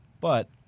but-